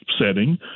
setting